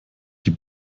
die